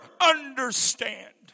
understand